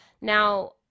Now